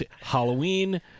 Halloween